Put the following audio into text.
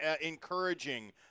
encouraging